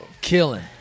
Killing